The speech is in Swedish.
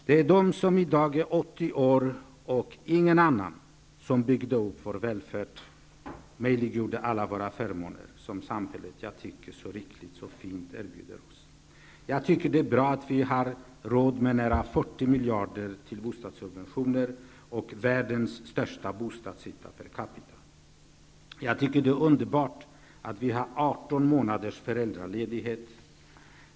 Det är de som i dag är 80 år, och inga andra, som byggde upp vår välfärd och möjliggjorde alla våra förmåner, som samhället så rikligt och fint erbjuder oss. Jag tycker att det är bra att vi har råd med nära 40 miljarder till bostadssubventioner och världens största bostadsyta per capita. Jag tycker att det är underbart att vi har 18 månaders föräldraledighet.